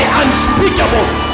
unspeakable